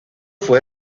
fue